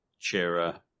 Chera